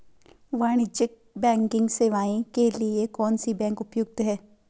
वाणिज्यिक बैंकिंग सेवाएं के लिए कौन सी बैंक उपयुक्त है?